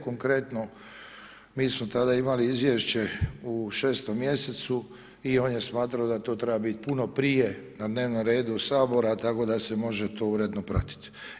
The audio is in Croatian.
Konkretno, mi smo tada imali izvješće u 6. mj. i on je smatrao da to treba biti puno prije na dnevnom redu Sabora, tako da se može to uredno pratiti.